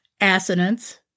Assonance